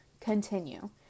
continue